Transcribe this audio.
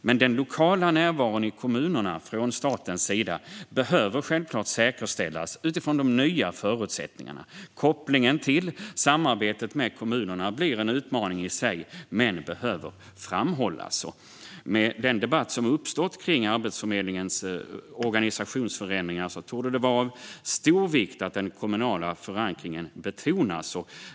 Men den lokala närvaron i kommunerna från statens sida behöver självklart säkerställas utifrån de nya förutsättningarna. Kopplingen till och samarbetet med kommunerna blir en utmaning i sig men behöver framhållas. Med tanke på den debatt som har uppstått kring Arbetsförmedlingens organisationsförändringar torde det vara av stor vikt att den kommunala förankringen betonas.